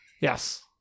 Yes